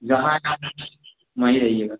जहाँ हैं वहीं रहिएगा